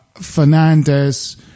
Fernandez